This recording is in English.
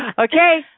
Okay